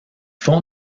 font